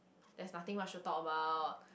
there's nothing much to talk about